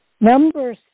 Number